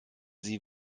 sie